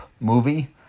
movie